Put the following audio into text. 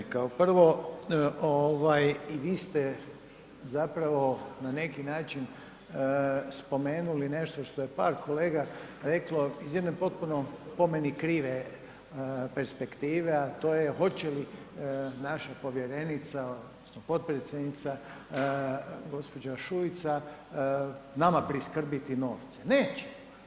Kao prvo ovaj i vi ste zapravo na neki način spomenuli nešto što je par kolega reklo iz jedne potpuno po meni krive perspektive, a to je hoće li naša povjerenica odnosno potpredsjednica gospođa Šuica nama priskrbiti novce, neće.